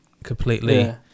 Completely